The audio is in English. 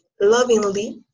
lovingly